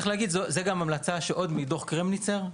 צריך להגיד: זו המלצה שמלווה אותנו עוד מדו"ח קרמניצר,